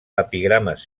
epigrames